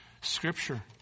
Scripture